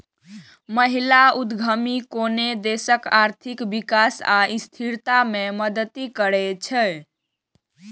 महिला उद्यमी कोनो देशक आर्थिक विकास आ स्थिरता मे मदति करै छै